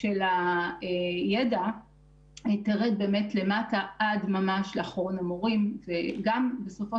של הידע תרד למטה עד ממש לאחרון המורים וגם בסופו